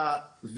סליחה,